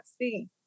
see